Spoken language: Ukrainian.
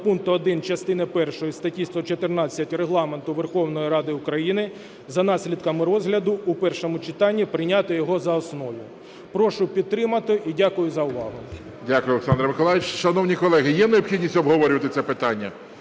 пункту 1 частини першої статті 114 Регламенту Верховної Ради України за наслідками розгляду у першому читанні прийняти його за основу. Прошу підтримати і дякую за увагу. ГОЛОВУЮЧИЙ. Дякую, Олександр Миколайович. Шановні колеги, є необхідність обговорювати це питання?